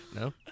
No